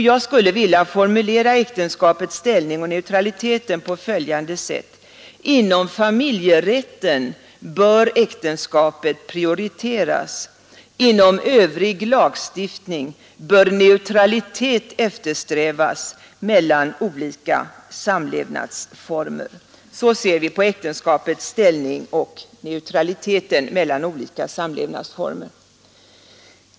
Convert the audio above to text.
Jag skulle vilja formulera äktenskapets ställning och neutraliteten på följande sätt: Inom familjerätten bör äktenskapet prioriteras; inom övrig lagstiftning bör neutralitet eftersträvas mellan olika samlevnadsformer. Så ser vi på äktenskapets ställning och neutraliteten mellan olika samlevnadsformer.